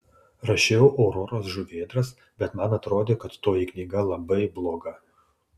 rašiau auroros žuvėdras bet man atrodė kad toji knyga labai bloga